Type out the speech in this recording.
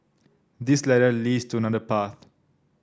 this ladder leads to another path